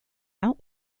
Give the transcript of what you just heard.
out